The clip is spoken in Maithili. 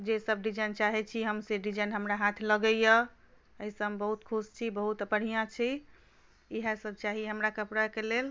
जे सभ डिजाइन चाहैत छी हम से डिजाइन हमरा हाथ लगैए एहिसँ हम बहुत खुश छी बहुत बढ़िआँ छी इएहसभ चाही हमरा कपड़ाके लेल